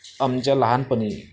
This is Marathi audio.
आमच्या लहानपणी